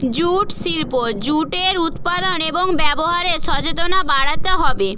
jute শিল্প জুটের উৎপাদন এবং ব্যবহারে সচেতনা বাড়াতে হবে